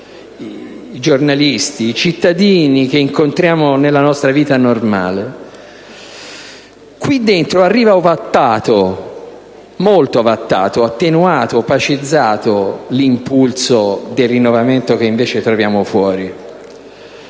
i giornalisti, i cittadini che incontriamo nella nostra vita normale. Qui dentro arriva molto ovattato, attenuato, opacizzato l'impulso del rinnovamento che invece troviamo fuori.